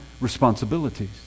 responsibilities